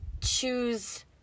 choose